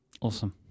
Awesome